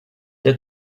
qu’a